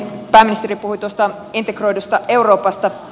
pääministeri puhui tuosta integroidusta euroopasta